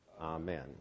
Amen